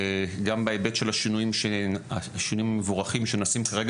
גם בהיבט של השינויים המבורכים שנעשים כרגע